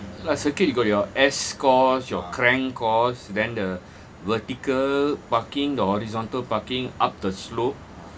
circuit you got your S course your crank course then the vertical parking the horizontal parking up the slope